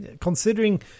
considering